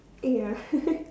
ya